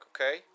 Okay